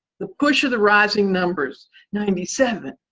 the push of the rising numbers ninety seven,